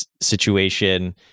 situation